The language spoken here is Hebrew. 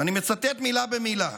ואני מצטט מילה במילה.